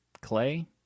Clay